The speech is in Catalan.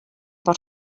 per